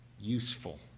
useful